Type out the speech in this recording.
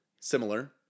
similar